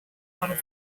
out